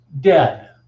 dead